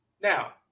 Now